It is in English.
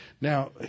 Now